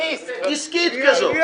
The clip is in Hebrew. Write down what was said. דסקה.